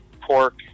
pork